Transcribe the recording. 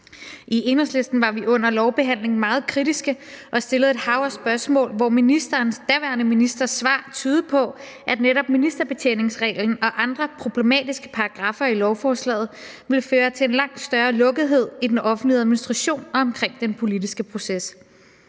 I Enhedslisten var vi under lovbehandlingen meget kritiske og stillede et hav af spørgsmål, hvor den daværende ministers svar tydede på, at netop ministerbetjeningsreglen og andre problematiske paragraffer i lovforslaget ville føre til en langt større lukkethed i den offentlige administration og omkring den politiske proces.